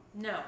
no